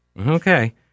Okay